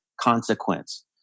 consequence